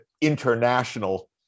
international